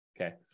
Okay